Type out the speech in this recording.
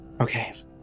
Okay